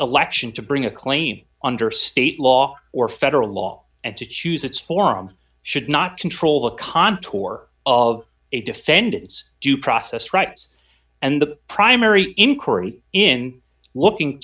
election to bring a claim under state law or federal law and to choose its form should not control the contour of a defendant's due process rights and the primary inquiry in looking